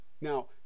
Now